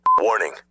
Warning